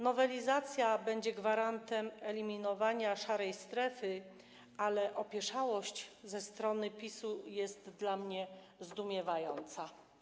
Nowelizacja będzie gwarantem eliminowania szarej strefy, ale opieszałość ze strony PiS-u jest dla mnie zdumiewająca.